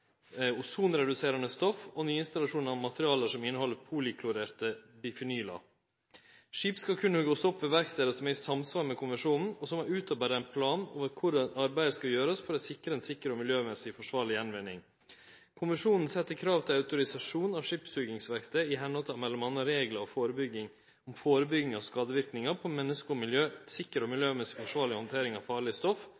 ozonreduserande stoff, og nyinstalleringar av materiale som inneheld poliklorerte bifinyl. Skip skal kunne verte hogd opp ved verkstader som er i samsvar med konvensjonen, og som har utarbeidd ein plan over korleis arbeidet skal gjerast for å sikre ei sikker og miljømessig forsvarleg gjenvinning. Konvensjonen set krav til autorisasjon av skipshoggingsverkstader med heimel i m.a. reglar om førebygging av skadeverknader på menneske og miljø, sikker og